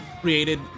created